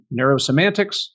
Neurosemantics